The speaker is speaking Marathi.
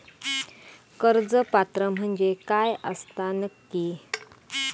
कर्ज पात्र म्हणजे काय असता नक्की?